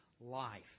life